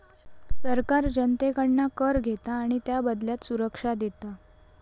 सरकार जनतेकडना कर घेता आणि त्याबदल्यात सुरक्षा देता